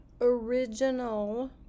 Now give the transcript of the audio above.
original